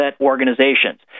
organizations